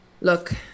look